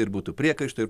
ir būtų priekaištų ir